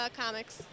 comics